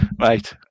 Right